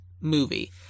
movie